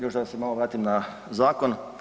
Još da se malo vratim na zakon.